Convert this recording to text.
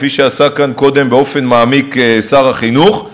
כפי שעשה כאן קודם באופן מעמיק שר החינוך,